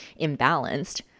imbalanced